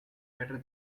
better